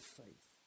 faith